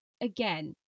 again